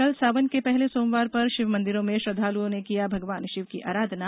कल सावन के पहले सामेवार पर शिव मंदिरों में श्रद्दालुओं ने किया भगवान शिव की आराधना